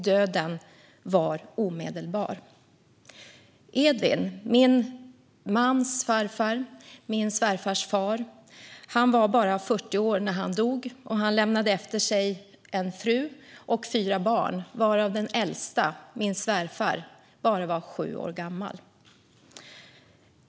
Döden var omedelbar. Edvin, min mans farfar, min svärfars far, var bara 40 år när han dog. Han lämnade efter sig fru och fyra barn varav den äldsta, min svärfar, bara var sju år gammal.